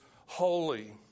holy